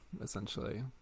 essentially